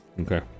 Okay